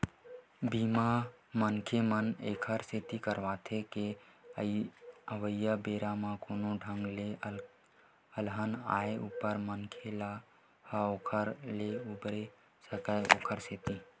बीमा, मनखे मन ऐखर सेती करवाथे के अवइया बेरा म कोनो ढंग ले अलहन आय ऊपर म मनखे ह ओखर ले उबरे सकय ओखर सेती